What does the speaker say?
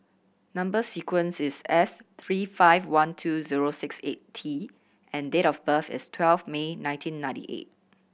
number sequence is S three five one two zero six eight T and date of birth is twelve May nineteen ninety eight